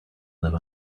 live